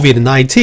COVID-19